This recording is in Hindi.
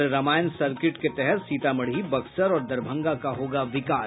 और रामायण सर्किट के तहत सीतामढ़ी बक्सर और दरभंगा का होगा विकास